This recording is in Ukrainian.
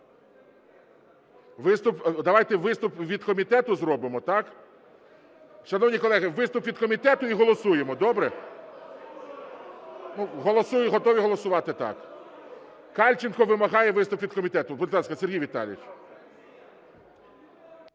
давайте виступ від комітету зробимо, так? Шановні колеги, виступ від комітету і голосуємо, добре? Готові голосувати так? (Шум у залі) Кальченко вимагає виступ від комітету. Будь ласка, Сергій Віталійович.